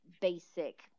basic